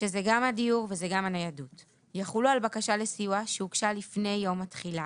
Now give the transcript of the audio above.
יחולו גם על בקשה לסיוע שהוגשה לפני יום התחילה,